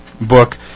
book